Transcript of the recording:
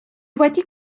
wedi